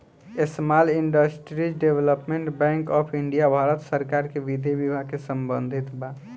small industries development bank of India Bharat सरकार के विधि विभाग से संबंधित बा